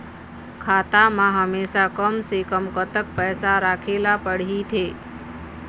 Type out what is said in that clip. खाता मा हमेशा कम से कम कतक पैसा राखेला पड़ही थे?